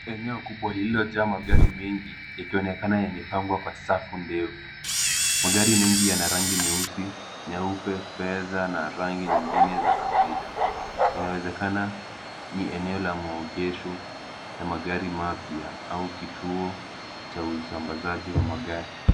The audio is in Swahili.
Eneo kubwa lililojaa magari mengi ikionekana yamepangwa kwa safu ndefu. Magari mengi yana rangi nyeusi, nyeupe, fedha na rangi nyingine za kawaida. Inawezekana ni eneo la maegesho ya magari mapya au kituo cha usambazaji wa magari.